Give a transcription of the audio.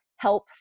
help